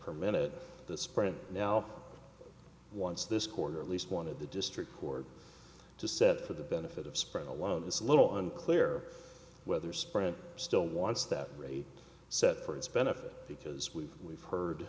per minute sprint now once this corner at least one of the district court to set for the benefit of spread alone it's a little unclear whether sprint still wants that rate set for its benefit because we've we've heard